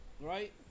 right